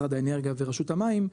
משרד האנרגיה ורשות המים,